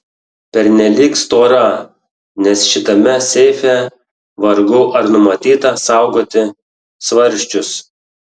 pernelyg stora nes šitame seife vargu ar numatyta saugoti svarsčius